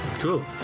cool